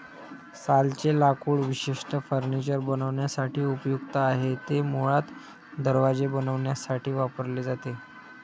सालचे लाकूड विशेषतः फर्निचर बनवण्यासाठी उपयुक्त आहे, ते मुळात दरवाजे बनवण्यासाठी वापरले जाते